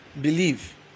believe